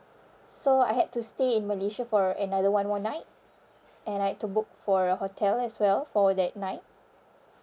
so I had to stay in malaysia for another one more night and I had to book for a hotel as well for that night